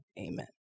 amen